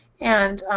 and